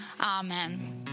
Amen